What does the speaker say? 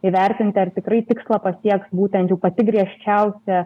įvertinti ar tikrai tikslą pasieks būtent jau pati griežčiausia